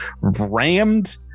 rammed